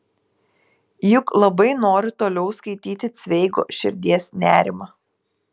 juk labai noriu toliau skaityti cveigo širdies nerimą